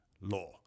law